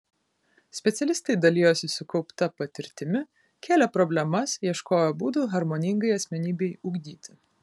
specialistai dalijosi sukaupta patirtimi kėlė problemas ieškojo būdų harmoningai asmenybei ugdyti